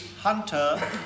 hunter